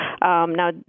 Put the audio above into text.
Now